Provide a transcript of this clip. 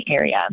area